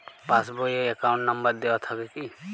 Pass বই এ account number দেওয়া থাকে কি?